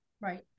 right